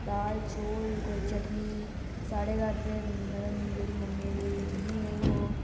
दाल चोल कोई चटनी साढ़े घर ते मतलब जेह्ड़ी मम्मी दी मम्मी ऐ ओह्